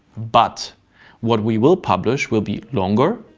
but what we will publish will be longer,